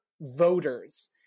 voters